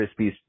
Krispies